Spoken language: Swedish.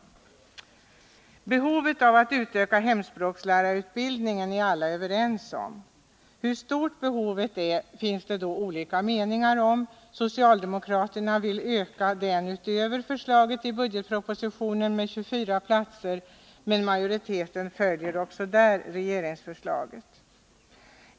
Att det finns ett behov av att utöka hemspråksutbildningen är alla överens om. Hur stort behovet är finns det däremot olika meningar om. Socialdemokraterna vill öka den med 24 platser utöver förslaget i budgetpropositionen, men majoriteten i utskottet följer också där regeringsförslaget.